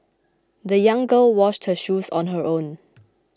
the young girl washed her shoes on her own